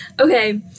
Okay